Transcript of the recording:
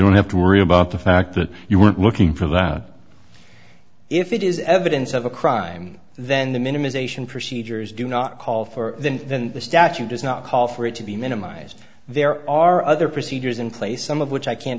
don't have to worry about the fact that you weren't looking for the if it is evidence of a crime then the minimisation procedures do not call for the then the statute does not call for it to be minimised there are other procedures in place some of which i can't